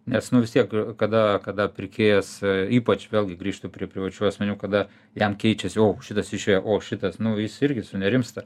nes nu vis tiek kada kada pirkėjas ypač vėlgi grįžtu prie privačių asmenių kada jam keičiasi o šitas išėjo o šitas nu jis irgi sunerimsta